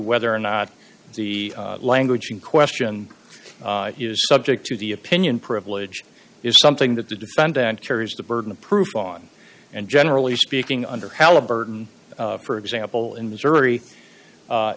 whether or not the language in question is subject to the opinion privilege is something that the defendant carries the burden of proof on and generally speaking under halliburton for example in missouri